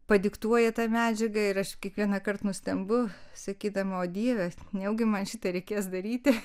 padiktuoja tą medžiagą ir aš kiekvienąkart nustembu sakydama o dieve nejaugi man šitą reikės daryti